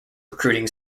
recruiting